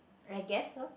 I guess so